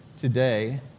today